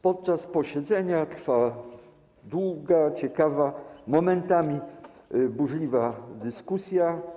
Podczas posiedzenia trwała długa, ciekawa, momentami burzliwa dyskusja.